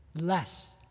less